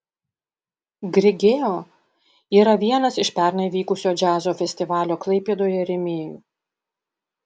grigeo yra vienas iš pernai vykusio džiazo festivalio klaipėdoje rėmėjų